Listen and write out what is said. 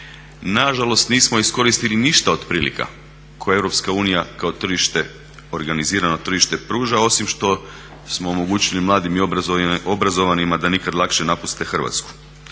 Nažalost, nismo iskoristili ništa od prilika koje Europska unija kao organizirano tržište pruža, osim što smo omogućili mladim i obrazovanima da nikad lakše napuste Hrvatsku.